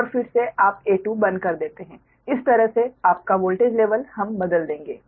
और फिर से आप A2 बंद कर देते हैं इस तरह से आपका वोल्टेज लेवल हम बदल देंगे